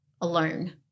alone